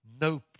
no